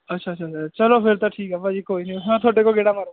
ਅੱਛਾ ਅੱਛਾ ਚਲੋ ਫਿਰ ਤਾਂ ਠੀਕ ਆ ਭਾਅ ਜੀ ਕੋਈ ਮੈਂ ਤੁਹਾਡੇ ਕੋਲ ਗੇੜਾ ਮਾਰੂਗਾ ਜੀ